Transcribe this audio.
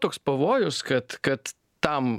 toks pavojus kad kad tam